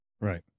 right